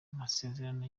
masezerano